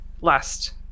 last